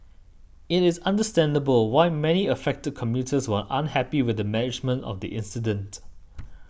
it is understandable why many affected commuters were unhappy with the management of the incident